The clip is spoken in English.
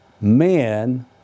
men